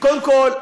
קודם כול,